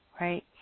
right